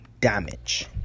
damage